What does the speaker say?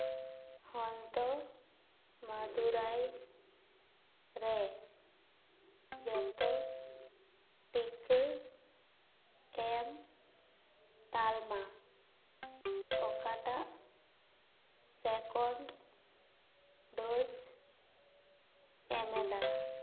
ᱦᱚᱱᱛᱚ ᱢᱟᱫᱩᱨᱟᱭ ᱨᱮ ᱡᱚᱛᱚ ᱴᱤᱠᱟᱹ ᱮᱢ ᱛᱟᱞᱢᱟ ᱚᱠᱟᱴᱟᱜ ᱥᱮᱠᱚᱱᱰ ᱰᱳᱡ ᱮᱢᱮᱫᱟ